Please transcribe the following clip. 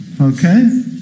okay